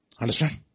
Understand